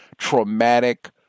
traumatic